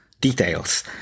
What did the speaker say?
details